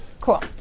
Cool